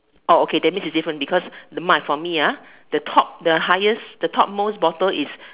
oh okay that means it's different because the mic for me ah the top highest the top most bottle is